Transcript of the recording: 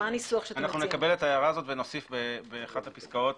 נקבל את ההערה הזאת ונוסיף באחת הפסקאות.